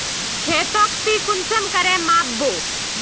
खेतोक ती कुंसम करे माप बो?